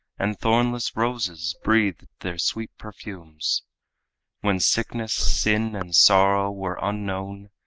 and thornless roses breathed their sweet perfumes when sickness, sin and sorrow were unknown,